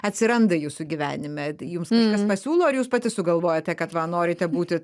atsiranda jūsų gyvenime jums kažkas pasiūlo ar jūs pati sugalvojate kad va norite būti